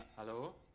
hello,